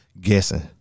guessing